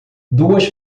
duas